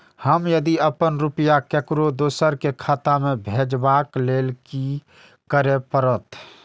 हम यदि अपन रुपया ककरो दोसर के खाता में भेजबाक लेल कि करै परत?